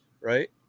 right